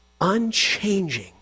unchanging